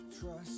trust